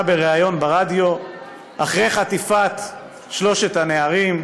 בריאיון ברדיו אחרי חטיפת שלושת הנערים: